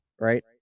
right